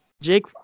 Jake